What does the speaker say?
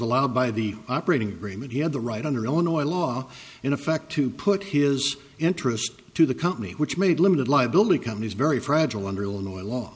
allowed by the operating remit he had the right under illinois law in effect to put his interest to the company which made limited liability companies very fragile under illinois law